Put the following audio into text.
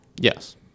Yes